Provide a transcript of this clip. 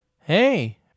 Hey